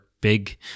big